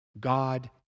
God